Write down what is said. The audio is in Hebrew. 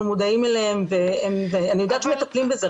אנחנו מודעים אליהם ואני יודעת שמטפלים בזה,